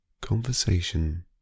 conversation